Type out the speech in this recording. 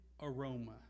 aroma